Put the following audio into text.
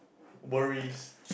worries